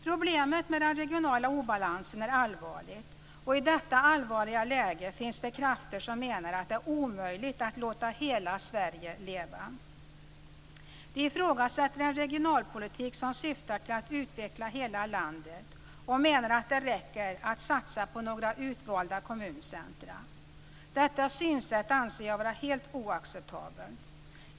Problemet med den regionala obalansen är allvarligt, och i detta svåra läge finns det krafter som menar att det är omöjligt att låta hela Sverige leva. De ifrågasätter en regionalpolitik som syftar till att utveckla hela landet och menar att det räcker att satsa på några utvalda kommuncentrum. Detta synsätt anser jag vara helt oacceptabelt.